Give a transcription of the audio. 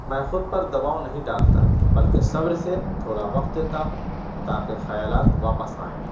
میں خود پر دباؤ نہیں ڈالتا بلکہ صبر سے تھوڑا وقت دیتا ہوں تاکہ خیالات واپس آئیں